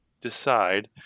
decide